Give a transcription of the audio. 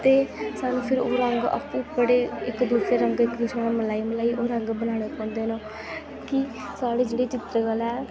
ते सानूं फिर ओह् रंग आपूं बड़े इक दूसरे रंग शा मलाई मलाई ओह् रंग बनाने पौंदे न कि साढ़ी जेह्ड़ी चित्तरकला ऐ